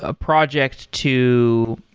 ah project to,